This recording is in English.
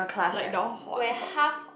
like down hot hot